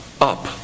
up